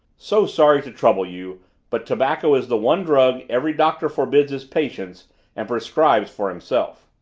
so sorry to trouble you but tobacco is the one drug every doctor forbids his patients and prescribes for himself.